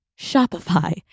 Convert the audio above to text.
Shopify